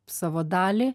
savo dalį